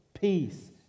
peace